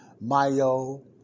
Mayo